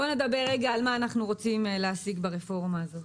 בוא נדבר רגע על מה אנחנו רוצים להשיג ברפורמה הזאת.